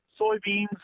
Soybeans